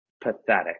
pathetic